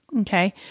okay